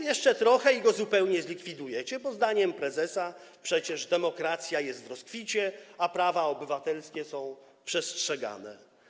Jeszcze trochę i zupełnie go zlikwidujecie, bo zdaniem prezesa przecież demokracja jest w rozkwicie, a prawa obywatelskie są przestrzegane.